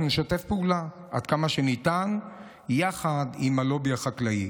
אנחנו נשתף פעולה עד כמה שניתן עם הלובי החקלאי.